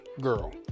girl